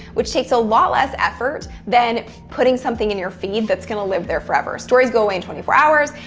which takes a lot less effort than putting something in your feed that's going to live there forever. stories go away in twenty four hours.